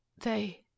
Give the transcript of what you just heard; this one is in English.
They—